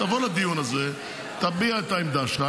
תבוא לדיון הזה, תביע את העמדה שלך.